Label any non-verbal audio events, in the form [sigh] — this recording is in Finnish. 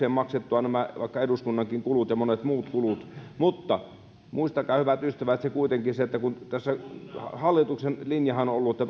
saadakseen maksettua nämä vaikkapa eduskunnankin kulut ja monet muut kulut mutta muistakaa hyvät ystävät kuitenkin se että hallituksen linjahan on ollut että [unintelligible]